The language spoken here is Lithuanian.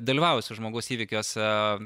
dalyvavusio žmogaus įvykiuose